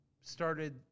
started